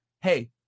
hey